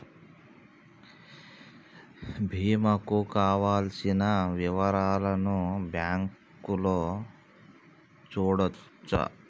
బీమా కు కావలసిన వివరాలను బ్యాంకులో చూడొచ్చా?